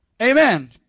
Amen